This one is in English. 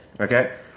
Okay